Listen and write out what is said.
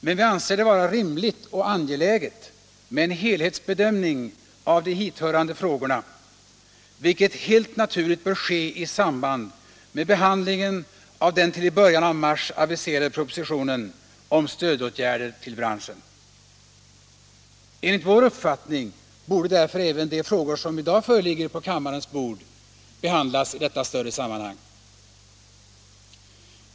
Men vi anser det vara rimligt och angeläget med en helhetsbedömning av de hithörande frågorna, vilket helt naturligt bör ske i samband med behandlingen av den till i början av mars aviserade propositionen om stödåtgärder till branschen. Enligt vår uppfattning borde därför även de frågor som i dag ligger på kammarens bord behandlas i detta större sammanhang.